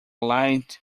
light